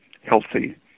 healthy